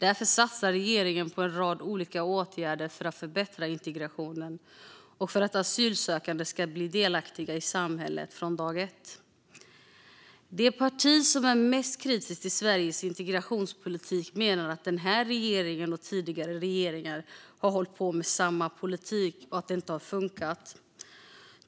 Därför satsar regeringen på en rad olika åtgärder för att förbättra integrationen och för att asylsökande ska bli delaktiga i samhället från dag ett. Det parti som är mest kritiskt till Sveriges integrationspolitik menar att den här regeringen och tidigare regeringar har hållit på med samma politik och att det inte har funkat.